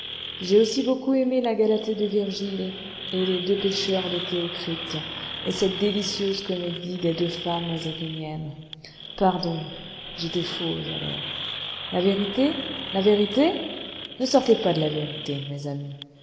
j'ai aussi beaucoup aimé la galatée de virgile et les deux pêcheurs de théocrite et cette délicieuse comédie des deux femmes athéniennes pardon j'étais faux alors la vérité la vérité ne sortez pas de la vérité mes amis